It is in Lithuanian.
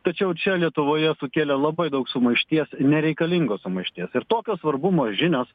tačiau čia lietuvoje sukėlė labai daug sumaišties nereikalingos sumaišties ir tokio svarbumo žinios